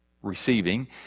receiving